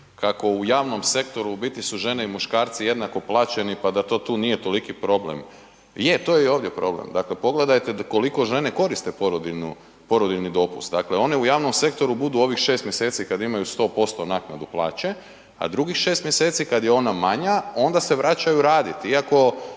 kako u javnom sektoru u biti su žene i muškarci jednako plaćeni pa da to tu nije toliki problem. Je, to je i ovdje problem. Dakle, pogledajte koliko žene koriste porodiljni dopust, dakle one u javnom sektoru budu ovih 6 mj. kad imaju 100% naknadu plaće a drugih 6 mj. kad je ona manja, onda se vraćaju raditi iako